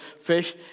fish